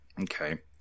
Okay